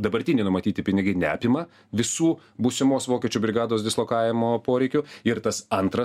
dabartiniai numatyti pinigai neapima visų būsimos vokiečių brigados dislokavimo poreikių ir tas antras